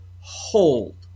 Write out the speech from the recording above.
hold